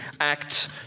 act